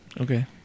okay